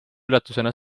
üllatusena